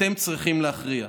אתם צריכים להכריע.